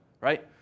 right